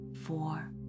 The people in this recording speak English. four